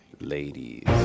Ladies